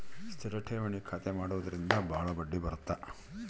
ಸ್ಥಿರ ಠೇವಣಿ ಖಾತೆ ಮಾಡುವುದರಿಂದ ಬಾಳ ಬಡ್ಡಿ ಬರುತ್ತ